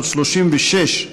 536,